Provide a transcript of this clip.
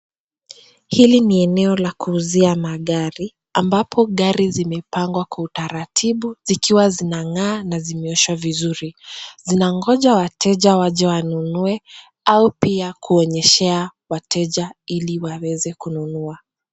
Hili ni eneo la kuuzia magari amabapo gari zimepangwa kwa utaratibu zikiwa zinang'aa na zimeoshwa vizuri, zinangoja wateja waje wanunue au pia kuonyeshea wateja ili waweze kununua.